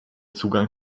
zugang